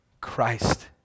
Christ